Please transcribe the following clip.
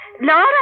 Laura